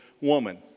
woman